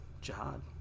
jihad